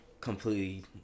completely